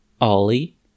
Ollie